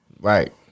Right